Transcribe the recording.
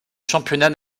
championnat